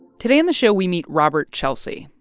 today in the show, we meet robert chelsea,